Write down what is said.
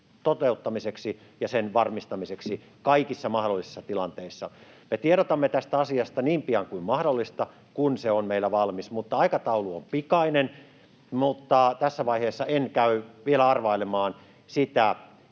toteuttamiseksi ja sen varmistamiseksi kaikissa mahdollisissa tilanteissa. Me tiedotamme tästä asiasta niin pian kuin mahdollista, kun se on meillä valmis, mutta aikataulu on pikainen. Tässä vaiheessa en käy vielä arvailemaan sitä